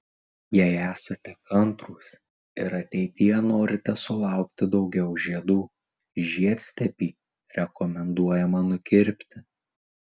jei esate kantrūs ir ateityje norite sulaukti daugiau žiedų žiedstiebį rekomenduojama nukirpti